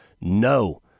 No